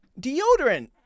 Deodorant